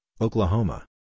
Oklahoma